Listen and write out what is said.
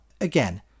Again